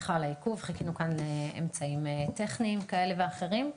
סליחה על העיכוב חיכינו לאמצעים טכניים כאלה ואחרים.